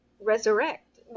resurrect